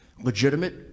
legitimate